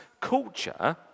culture